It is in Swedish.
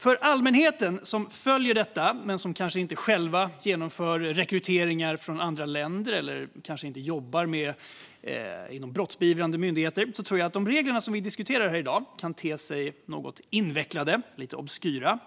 För allmänheten som följer detta men som kanske inte själv genomför rekryteringar från andra länder eller inte jobbar inom brottsbeivrande myndigheter tror jag att de regler som vi diskuterar i dag kan te sig något invecklade och lite obskyra.